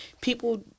People